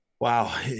Wow